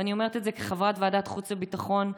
ואני אומרת את זה כחברת ועדת חוץ וביטחון,